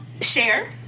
Share